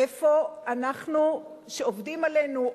איפה אנחנו שעובדים עלינו,